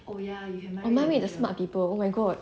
oh ya you can mind read the teacher